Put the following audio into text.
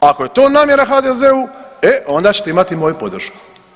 Ako je to namjera HDZ-u, e onda ćete imati moju podršku.